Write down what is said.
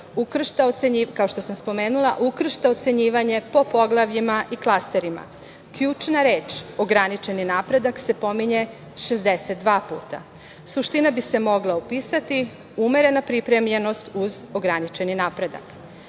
ukršta ocenjivanje po poglavljima i klasterima. Ključna reč - ograničeni napredak se pominje 62 puta. Suština bi se mogla upisati - umerena pripremljenost uz ograničeni napredak. Ocena